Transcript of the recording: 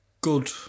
good